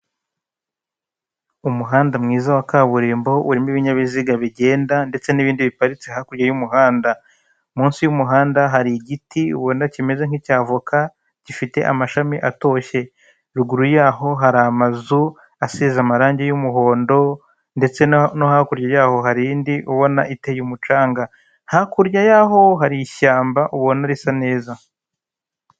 Umuhanda mwiza wa kaburimbo urimo ibinyabiziga bigenda ndetse n'ibindi biparitse hakurya y'umuhanda. Munsi y'umuhanda hari igiti ubona kimeze nk'icyavoka gifite amashami atoshye. Ruguru yaho hari amazu asize amarangi y'umuhondo ndetse no hakurya yaho harindi ubona iteye umucanga. Hakurya y'aho hari ishyamba ubona risa neza.